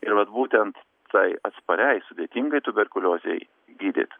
ir vat būtent tai atspariai sudėtingai tuberkuliozei gydyt